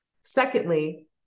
Secondly